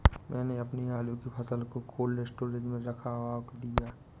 मैंने अपनी आलू की फसल को कोल्ड स्टोरेज में रखवा दिया